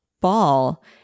ball